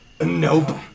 Nope